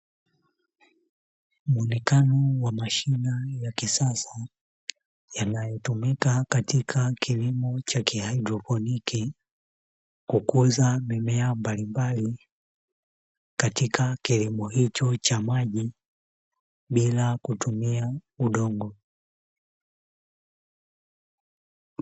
Muonekano wa mashine ya kisasa yanayotumika katika kilimo cha haidroponi, kukuza mimea mbalimbali katika kilimo hicho cha maji bila kutumia udongo.